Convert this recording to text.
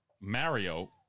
Mario